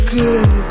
good